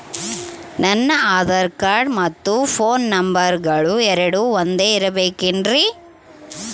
ನನ್ನ ಆಧಾರ್ ಕಾರ್ಡ್ ಮತ್ತ ಪೋನ್ ನಂಬರಗಳು ಎರಡು ಒಂದೆ ಇರಬೇಕಿನ್ರಿ?